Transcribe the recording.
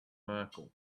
merkel